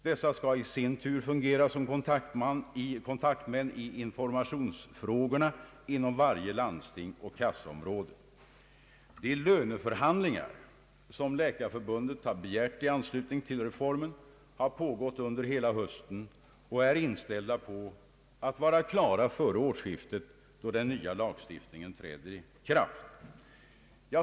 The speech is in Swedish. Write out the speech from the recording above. Dessa skall i sin tur fungera som kontaktmän i informationsfrågorna inom varje landsting och försäkringskasseområde. De löneförhandlingar som Läkarförbundet begärt i anslutning till reformen har pågått hela hösten och beräknas vara klara före årsskiftet, då den nya lagstiftningen träder i kraft.